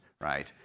right